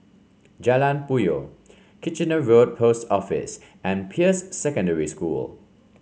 Jalan Puyoh Kitchener Road Post Office and Peirce Secondary School